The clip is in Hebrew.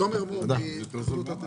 תומר מור, בבקשה.